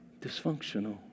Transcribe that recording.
dysfunctional